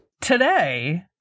Today